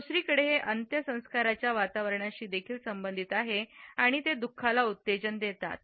दुसरीकडे हे अंत्यसंस्काराच्या वातावरणाशी देखील संबंधित आहे आणि ते दु खाला उत्तेजन देतात